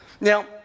Now